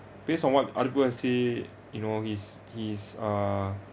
based on what other people had said you know he's he's uh